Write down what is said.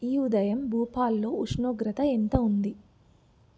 ఈ ఉదయం భూపాల్లో ఉష్ణోగ్రత ఎంత ఉంది